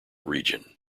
region